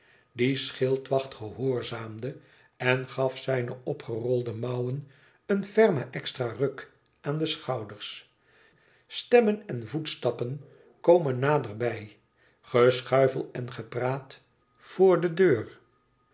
die schildwacht gehoorzaamde en gaf zijne opgerolde mouwen een fermen extra ruk aan de schouders stemmen en voetstappen komen nader bij geschuifel en gepraat voor de deur